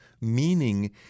Meaning